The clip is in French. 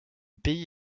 pays